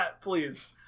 please